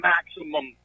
Maximum